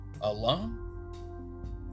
alone